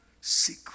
secret